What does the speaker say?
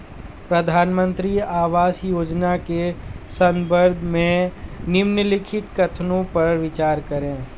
प्रधानमंत्री आवास योजना के संदर्भ में निम्नलिखित कथनों पर विचार करें?